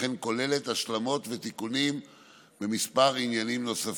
וכן היא כוללת השלמות ותיקונים בכמה עניינים נוספים.